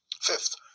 Fifth